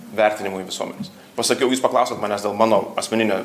vertinimui visuomenės pasakiau jūs paklausėt manęs dėl mano asmeninio